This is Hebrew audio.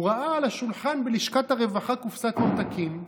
הוא ראה על השולחן בלשכת הרווחה קופסת ממתקים,